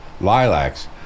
lilacs